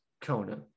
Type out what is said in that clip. kona